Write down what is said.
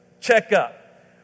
checkup